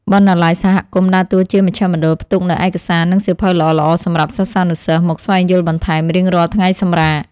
បណ្ណាល័យសហគមន៍ដើរតួជាមជ្ឈមណ្ឌលផ្ទុកនូវឯកសារ និងសៀវភៅល្អៗសម្រាប់សិស្សានុសិស្សមកស្វែងយល់បន្ថែមរៀងរាល់ថ្ងៃសម្រាក។